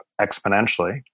exponentially